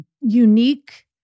unique